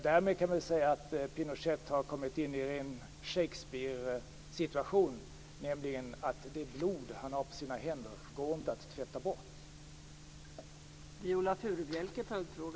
Därmed kan man säga att Pinochet har kommit i en Shakespearesituation, nämligen att det blod som han har på sina händer inte går att tvätta bort.